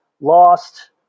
lost